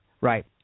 right